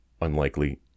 unlikely